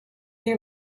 you